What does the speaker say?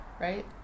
right